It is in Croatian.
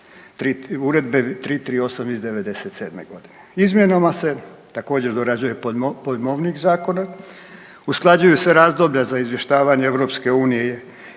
Uredbe 338. iz '97. godine. Izmjenama se također dorađuje pojmovnik zakona, usklađuju se razdoblja za izvještavanje EU sa